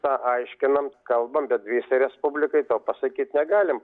paaiškinam kalbam bet visai respublikai to pasakyt negalim